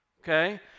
Okay